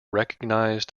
recognized